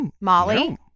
Molly